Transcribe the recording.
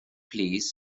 plîs